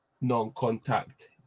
non-contact